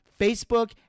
Facebook